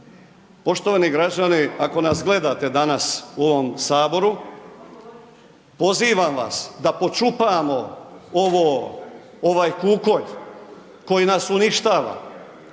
Poštovani građani, ako nas gledate danas u ovom saboru, pozivam vas da počupamo ovo, ovaj kukolj koji nas uništava.